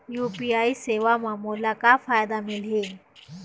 UPI सेवा म मोला का फायदा मिलही?